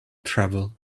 travel